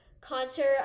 concert